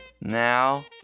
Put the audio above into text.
now